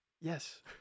yes